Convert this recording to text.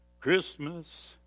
Christmas